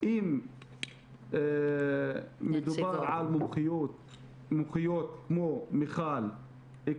- אם מדובר על מומחיות כמו מיכל,